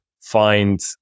find